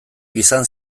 izan